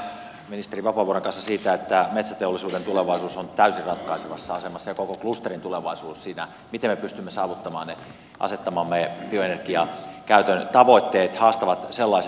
olen ihan samaa mieltä ministeri vapaavuoren kanssa siitä että metsäteollisuuden tulevaisuus ja koko klusterin tulevaisuus on täysin ratkaisevassa asemassa siinä miten me pystymme saavuttamaan ne asettamamme bioenergian käytön tavoitteet haastavat sellaiset